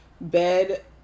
bed